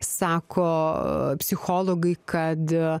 sako psichologai kad a